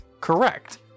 correct